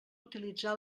utilitzar